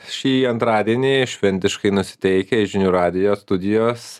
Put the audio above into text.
šį antradienį šventiškai nusiteikę žinių radijo studijos